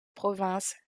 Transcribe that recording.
province